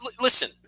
listen